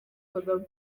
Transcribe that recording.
kagame